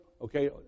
okay